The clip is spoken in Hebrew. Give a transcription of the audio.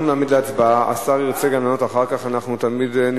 הוא לא יכול, זה לא